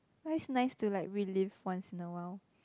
but it's nice to like relive once in a while